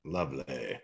Lovely